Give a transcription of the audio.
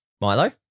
Milo